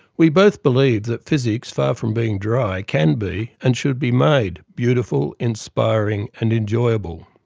we both believe that physics, far from being dry, can be and should be made, beautiful, inspiring and enjoyable.